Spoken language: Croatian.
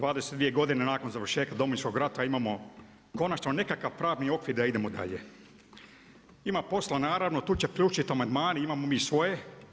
22 godine nakon završetka Domovinskog rata imamo konačno nekakav pravni okvir da idemo dalje. ima posla naravno, tu će pljuštat amandmani, imamo mi svoje.